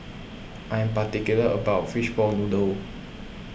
I'm particular about Fishball Noodle